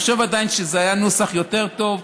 אני חושב שזה עדיין היה נוסח יותר טוב.